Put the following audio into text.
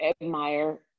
admire